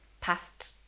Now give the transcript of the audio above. past